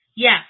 Yes